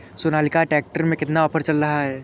Sonalika tractor में कितना offer चल रहा है?